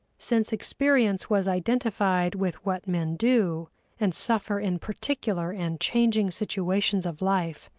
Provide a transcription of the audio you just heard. since experience was identified with what men do and suffer in particular and changing situations of life,